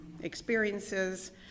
experiences